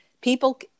people